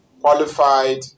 qualified